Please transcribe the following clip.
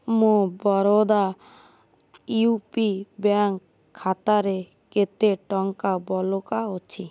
ମୋ Baroda U P bank ଖାତାରେ କେତେ ଟଙ୍କା ବଳକା ଅଛି